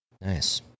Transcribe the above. Nice